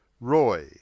Roy